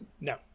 No